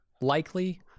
likely